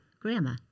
grandma